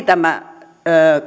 tämä